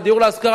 על דיור להשכרה,